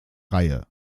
reihe